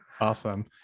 Awesome